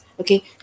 Okay